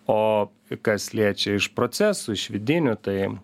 o kas liečia iš procesų iš vidinių tai